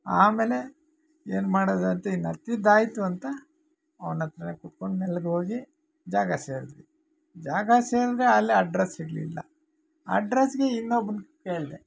ಆಮೇಲೆ ಏನು ಮಾಡೋದು ಅಂತ ಇನ್ನು ಹತ್ತಿದ್ದಾಯ್ತು ಅಂತ ಅವ್ನ ಹತ್ರ ಕುತ್ಕೊಂಡು ಮೆಲ್ಲಗೋಗಿ ಜಾಗ ಸೇರಿದ್ವಿ ಜಾಗ ಸೇರಿದ್ರೆ ಅಲ್ಲಿ ಅಡ್ರೆಸ್ ಸಿಗಲಿಲ್ಲ ಅಡ್ರೆಸ್ಗೆ ಇನ್ನೊಬನ್ನ ಕೇಳಿದೆ